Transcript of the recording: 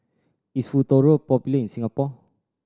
is Futuro popular in Singapore